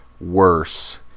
worse